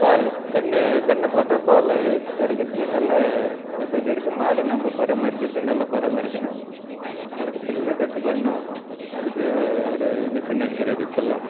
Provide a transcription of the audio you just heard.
பால் கன்று கன்று போட்டால் பால் கறக்கிறதுக்கு நல்ல வசதியாக இருக்குது மாடு நம்ம பராமரிக்கிறது நல்லா பராமரிக்கணும் அதுக்கு புல்லு கட்டு போடணும் அதுக்கு ஒரு மிசின் இருக்கிறது இப்பெலாம்